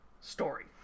story